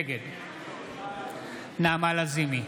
נגד נעמה לזימי,